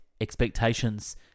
expectations